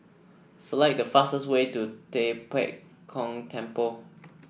select the fastest way to Tua Pek Kong Temple